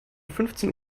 fünfzehn